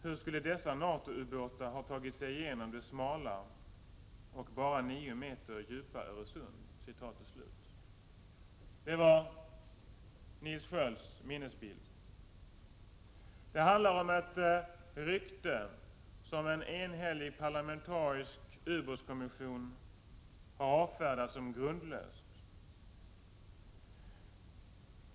——— Hur skulle dessa Nato-ubåtar ha tagit sig genom det smala och bara nio meter djupa Öresund?” Det var Nils Skölds minnesbild. Det handlar om ett rykte som en enhällig parlamentarisk ubåtsskyddskommission har avfärdat som grundlöst.